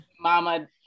mama